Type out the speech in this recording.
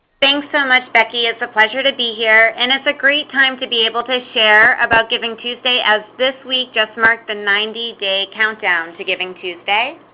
thanks so much becky. it's a pleasure to be here, and is a great time to be able to share about givingtuesday as this week just marked the ninety day countdown to givingtuesday.